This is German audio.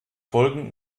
folgend